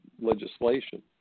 legislation